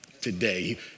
today